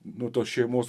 nu tos šeimos